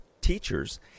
teachers